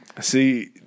See